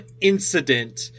incident